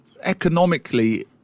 economically